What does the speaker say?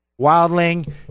wildling